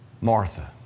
Martha